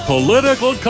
Political